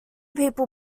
people